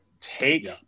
take